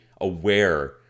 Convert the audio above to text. aware